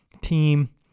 team